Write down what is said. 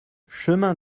chemin